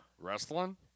Wrestling